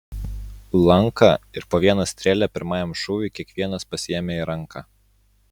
lanką ir po vieną strėlę pirmajam šūviui kiekvienas pasiėmė į ranką